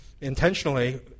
intentionally